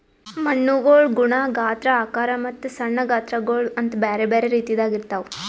ಮಣ್ಣುಗೊಳ್ ಗುಣ, ಗಾತ್ರ, ಆಕಾರ ಮತ್ತ ಸಣ್ಣ ಗಾತ್ರಗೊಳ್ ಅಂತ್ ಬ್ಯಾರೆ ಬ್ಯಾರೆ ರೀತಿದಾಗ್ ಇರ್ತಾವ್